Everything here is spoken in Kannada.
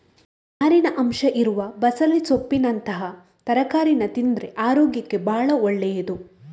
ನಾರಿನ ಅಂಶ ಇರುವ ಬಸಳೆ ಸೊಪ್ಪಿನಂತಹ ತರಕಾರೀನ ತಿಂದ್ರೆ ಅರೋಗ್ಯಕ್ಕೆ ಭಾಳ ಒಳ್ಳೇದು